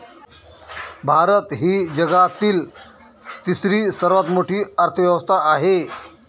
भारत ही जगातील तिसरी सर्वात मोठी अर्थव्यवस्था आहे